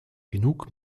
genug